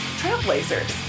trailblazers